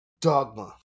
Dogma